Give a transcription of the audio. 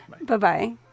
bye-bye